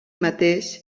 mateix